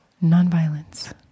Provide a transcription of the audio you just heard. non-violence